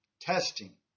testing